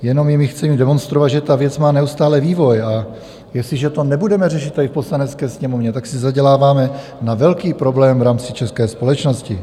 Jenom jimi chci demonstrovat, že ta věc má neustále vývoj, a jestliže to budeme řešit v Poslanecké sněmovně, tak si zaděláváme na velký problém v rámci české společnosti.